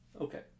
Okay